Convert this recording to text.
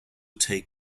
take